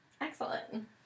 Excellent